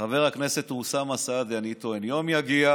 חבר הכנסת אוסאמה סעדי, אני טוען: יום יגיע